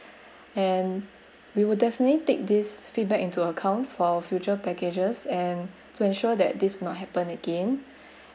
and we will definitely take this feedback into account for our future packages and to ensure that this will not happen again